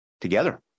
together